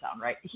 right